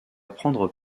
prendre